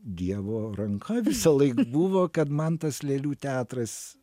dievo ranka visąlaik buvo kad man tas lėlių teatras